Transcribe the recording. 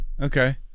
Okay